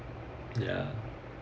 ya